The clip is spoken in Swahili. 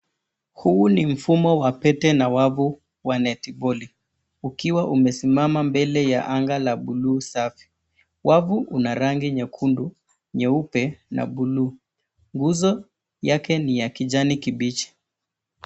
Huu ni mfumo wa pete na wavu wa netiboli ukiwa umesimama mbele ya anga la buluu safi. Wavu una rangi nyekundu, nyeupe na buluu. Nguzo yake ni ya kijani kibichi.